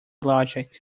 logic